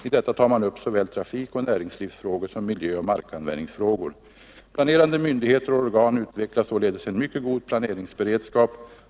I detta tar man upp såväl trafikoch näringslivsfrågor som miljöoch markanvändningsfrågor. Planerande myndigheter och organ utvecklar således en mycket god planeringsberedskap.